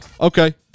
Okay